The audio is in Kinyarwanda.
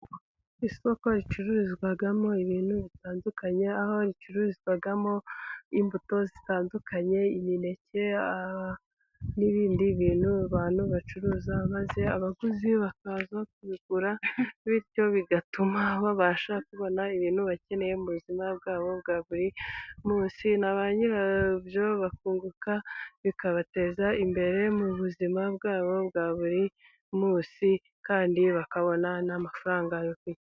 Isoko ricururizwamo ibintu bitandukanye aho ricururizwamo imbuto zitandukanye, imineke, n'ibindi bintu abantu bacuruza, maze abaguzi bakaza kubigura, bityo bigatuma babasha kubona ibintu bakeneye mu buzima bwabo bwa buri munsi, na banyirabyo bakunguka bikabateza imbere mu buzima bwabo bwa buri munsi, kandi bakabona n'amafaranga yo kwiteza imbere.